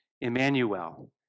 Emmanuel